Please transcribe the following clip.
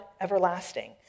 everlasting